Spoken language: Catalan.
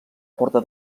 porta